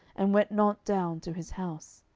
and went not down to his house.